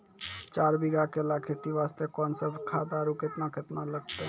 चार बीघा केला खेती वास्ते कोंन सब खाद आरु केतना केतना लगतै?